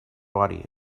body